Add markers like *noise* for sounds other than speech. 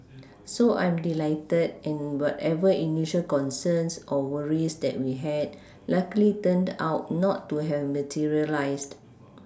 *noise* so I'm delighted and whatever initial concerns or worries that we had luckily turned out not to have materialised